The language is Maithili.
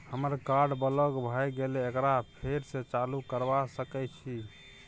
हमर कार्ड ब्लॉक भ गेले एकरा फेर स चालू करबा सके छि?